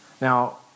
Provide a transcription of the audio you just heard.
Now